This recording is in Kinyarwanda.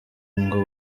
ngo